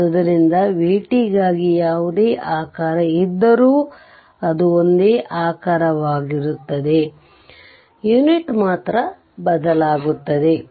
ಆದ್ದರಿಂದ v t ಗಾಗಿ ಯಾವುದೇ ಆಕಾರ ಇದ್ದರೂ ಅದು ಒಂದೇ ಆಕಾರವಾಗಿರುತ್ತದೆ ಯೂನಿಟ್ ಮಾತ್ರ ಬದಲಾಗುತ್ತದೆ